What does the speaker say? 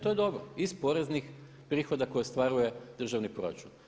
To je dobro, iz poreznih prihoda koje ostvaruje državni proračun.